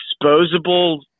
disposable